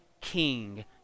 king